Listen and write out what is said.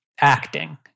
Acting